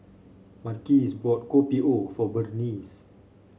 Marques bought Kopi O for Berniece